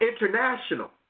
international